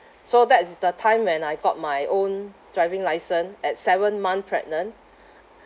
so that's the time when I got my own driving license at seven month pregnant